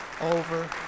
over